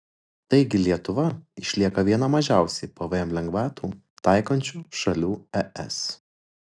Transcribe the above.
taigi lietuva išlieka viena mažiausiai pvm lengvatų taikančių šalių es